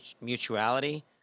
mutuality